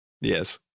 Yes